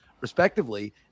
respectively